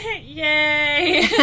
Yay